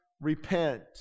repent